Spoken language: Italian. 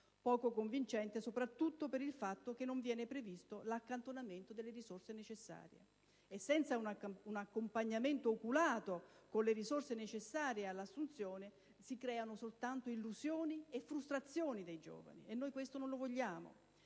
Poco convincente soprattutto per il fatto che non viene previsto l'accantonamento delle risorse necessarie. E, senza un accompagnamento oculato con le risorse necessarie all'assunzione, si creano soltanto illusioni e frustrazioni nei giovani, cosa che non vogliamo.